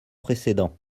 précédent